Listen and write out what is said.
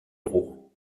rouen